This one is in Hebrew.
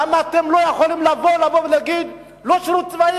למה אתם לא יכולים לבוא ולהגיד: לא שירות צבאי,